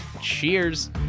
Cheers